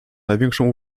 największą